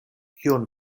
kion